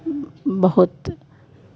बहुत